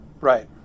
Right